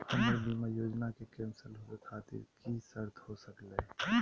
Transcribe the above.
हमर बीमा योजना के कैन्सल होवे खातिर कि कि शर्त हो सकली हो?